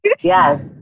yes